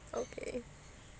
okay